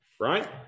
right